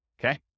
okay